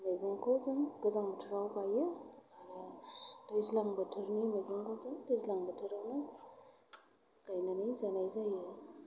मैगंखौ जों गोजां बोथोराव गायो आरो दैज्लां बोथोरनि मैगंखौ जों दैज्लां बोथोरावनो गायनानै जानाय जायो